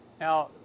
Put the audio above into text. Now